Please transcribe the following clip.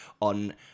on